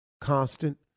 Constant